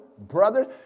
brothers